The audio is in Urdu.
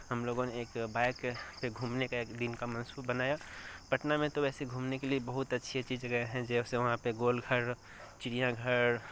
ہم لوگوں نے ایک بائیک پہ گھومنے کا ایک دن کا منصوب بنایا پٹنہ میں تو ویسے گھومنے کے لیے بہت اچھی اچھی جگہ ہیں جیسے وہاں پہ گول گھر چڑیا گھر